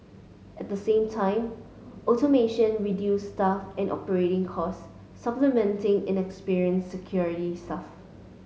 at the same time automation reduces staff and operating costs supplementing inexperienced security staff